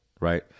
right